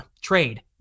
trade